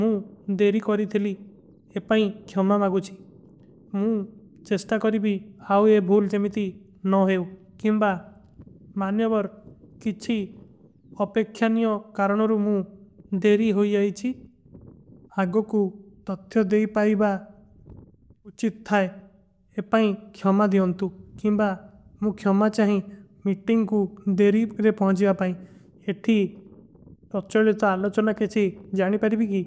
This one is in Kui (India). ମୁଝେ ଦେରୀ କରୀ ଥେଲୀ ଏପାଈଂ ଖ୍ଯାମା ମାଗୁଚୀ ମୁଝେ ଚେସ୍ଟା କରୀ। ଭୀ ଆଓ ଯେ ଭୂଲ ଜମୀତୀ ନୌ ହୈ କିମବା ମାନ୍ଯାବର କିଛୀ ଅପେଖ୍ଯାନିଯୋ। କାରଣୋର ମୁଝେ ଦେରୀ ହୋ ଯାଈଚୀ ଆଗୋ କୋ ତତ୍ଯୋଂ ଦେଈ ପାଈବା ଉଚିତ ଥାଈ। ଏପାଈଂ ଖ୍ଯାମା ଦିଯୋଂତୁ କିମବା ମୁଝେ ଖ୍ଯାମା ଚାହିଂ ମୀଟିଂଗ କୋ ଦେରୀ ପହୁଁ। ଜିଯା ପାଈଂ ଯେ ଥୀ ପ୍ରକ୍ଶଲ ଲେତା ଆଲଚନା କେଛୀ ଜାନୀ ପରୀ ଭୀ କୀ।